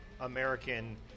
American